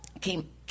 came